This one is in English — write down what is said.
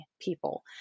people